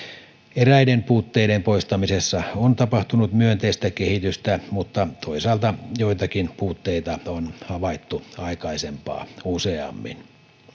eräiden puutteiden poistamisessa on tapahtunut myönteistä kehitystä mutta toisaalta joitakin puutteita on havaittu aikaisempaa useammin